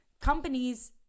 companies